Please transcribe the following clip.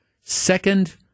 Second